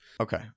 Okay